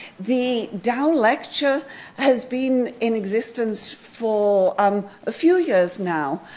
the dow lecture has been in existence for um a few years now,